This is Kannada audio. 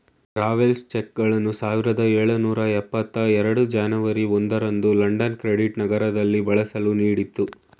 ಟ್ರಾವೆಲ್ಸ್ ಚೆಕ್ಗಳನ್ನು ಸಾವಿರದ ಎಳುನೂರ ಎಪ್ಪತ್ತ ಎರಡು ಜನವರಿ ಒಂದು ರಂದು ಲಂಡನ್ ಕ್ರೆಡಿಟ್ ನಗರದಲ್ಲಿ ಬಳಸಲು ನೀಡಿತ್ತು